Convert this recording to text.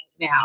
now